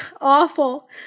awful